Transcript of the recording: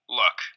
look